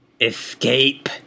Escape